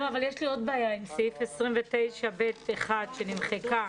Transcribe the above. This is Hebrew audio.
יש לי עוד בעיה עם סעיף 29(ב)(1) שנמחק.